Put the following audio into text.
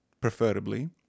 preferably